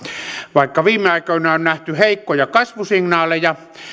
vaikka viime aikoina on nähty heikkoja kasvusignaaleja